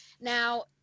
Now